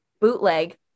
bootleg